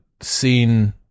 seen